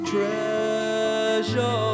Treasure